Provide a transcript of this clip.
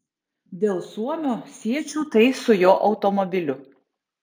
dėl suomio siečiau tai su jo automobiliu